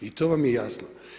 I to vam je jasno.